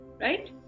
right